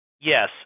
Yes